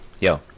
Yo